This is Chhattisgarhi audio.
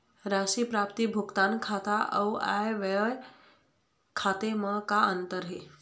राशि प्राप्ति भुगतान खाता अऊ आय व्यय खाते म का अंतर हे?